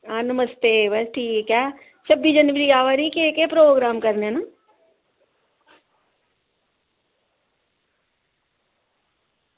हां नमस्ते बस ठीक ऐ छब्बी जनवरी आवा दी केह् केह् प्रोग्राम करने न